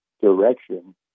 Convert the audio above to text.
direction